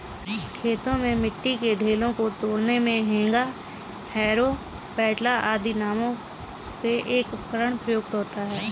खेतों में मिट्टी के ढेलों को तोड़ने मे हेंगा, हैरो, पटेला आदि नामों से एक उपकरण प्रयुक्त होता है